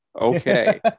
Okay